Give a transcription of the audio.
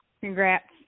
Congrats